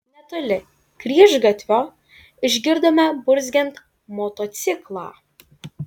netoli kryžgatvio išgirdome burzgiant motociklą